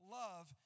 love